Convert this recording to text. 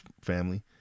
family